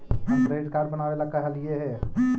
हम credit card बनावे ला कहलिऐ हे?